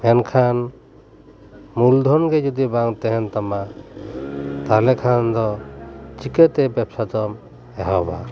ᱢᱮᱱᱠᱷᱟᱱ ᱢᱩᱞ ᱫᱷᱚᱱ ᱜᱮ ᱡᱩᱫᱤ ᱵᱟᱝ ᱛᱟᱦᱮᱱ ᱛᱟᱢᱟ ᱛᱟᱞᱦᱮ ᱠᱷᱟᱱ ᱫᱚ ᱪᱤᱠᱟᱹ ᱛᱮ ᱵᱮᱵᱽᱥᱟ ᱫᱚᱢ ᱮᱦᱚᱵᱟ